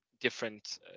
different